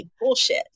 bullshit